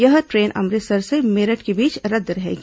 यह ट्रेन अमृतसर से मेरठ के बीच रद्द रहेगी